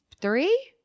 three